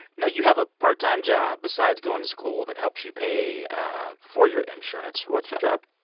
now, you have a part-time job besides going to school that helps you pay for your insurance. what's your job?